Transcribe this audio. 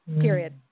Period